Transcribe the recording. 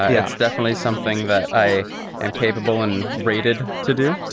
yeah it's definitely something that i am capable and rated to do,